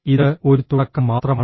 ഇത് ഒരു തുടക്കം മാത്രമാണ്